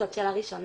זאת שאלה ראשונה.